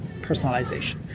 personalization